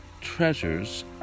treasures